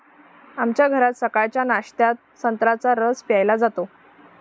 आमच्या घरात सकाळच्या नाश्त्यात संत्र्याचा रस प्यायला जातो